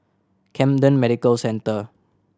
Camden Medical Centre